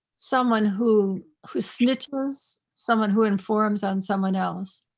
someone who who snitches, someone who informs on someone else.